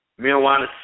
Marijuana